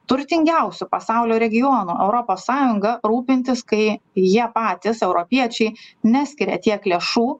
turtingiausių pasaulio regionų europos sąjunga rūpintis kai jie patys europiečiai neskiria tiek lėšų